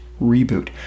reboot